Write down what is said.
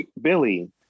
Billy